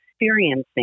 experiencing